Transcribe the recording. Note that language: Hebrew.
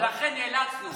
ולכן נאלצנו,